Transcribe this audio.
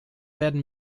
werden